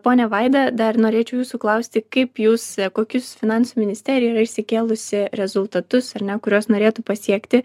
ponia vaida dar norėčiau jūsų klausti kaip jūs kokius finansų ministerija yra išsikėlusi rezultatus ar ne kuriuos norėtų pasiekti